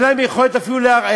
ואין להם יכולת אפילו לערער,